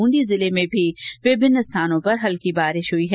बुंदी जिले में भी विभिन्न स्थानों पर हल्की बारिश हुई है